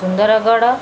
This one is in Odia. ସୁନ୍ଦରଗଡ଼